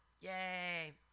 yay